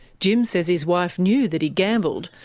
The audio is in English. jim says his wife knew that he gambled,